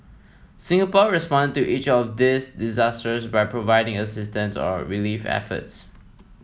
Singapore responded to each of these disasters by providing assistance or relief efforts